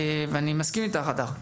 ואני מסכים איתך הדר,